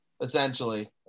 essentially